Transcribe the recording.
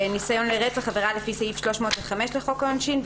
"ניסיון לרצח" עבירה לפי סעיף 305 לחוק העונשין,